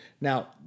Now